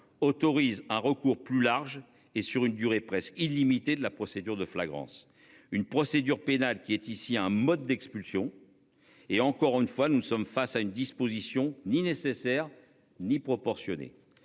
autorise un recours plus large et sur une durée presque illimité de la procédure de flagrance une procédure pénale qui est ici un mode d'expulsion. Et encore une fois nous sommes face à une disposition ni nécessaire ni proportionné,